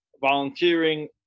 volunteering